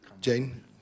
Jane